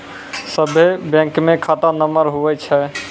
सभे बैंकमे खाता नम्बर हुवै छै